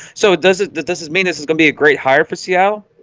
so does it that this is mean this is gonna be a great hire for so ah